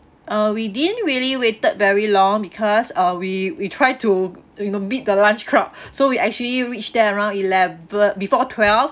uh we didn't really waited very long because uh we we try to you know beat the lunch crowd so we actually reach there around eleven before twelve